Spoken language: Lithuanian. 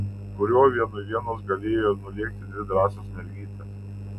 kuriuo vienui vienos galėjo nulėkti dvi drąsios mergytės